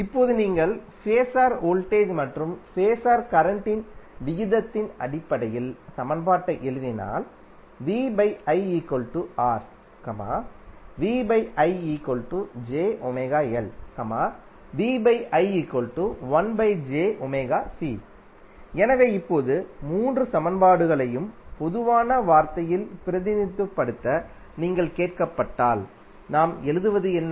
இப்போது நீங்கள் phasor voltage மற்றும் ஃபேஸர் கரண்ட்டின் விகிதத்தின் அடிப்படையில் சமன்பாட்டை எழுதினால் எனவே இப்போது மூன்று சமன்பாடுகளையும் பொதுவான வார்த்தையில் பிரதிநிதித்துவப்படுத்த நீங்கள் கேட்கப்பட்டால் நாம் எழுதுவது என்ன